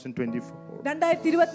2024